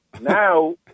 Now